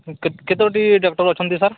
କେ କେ କେତୋଟି ଡକ୍ଟର୍ ଅଛନ୍ତି ସାର୍